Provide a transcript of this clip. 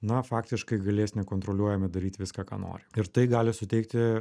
na faktiškai galės nekontroliuojami daryt viską ką nori ir tai gali suteikti